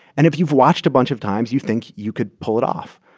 and if you've watched a bunch of times, you think you could pull it off,